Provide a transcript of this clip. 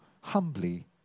humbly